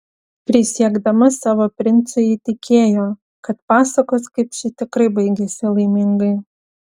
prisiekdama savo princui ji tikėjo kad pasakos kaip ši tikrai baigiasi laimingai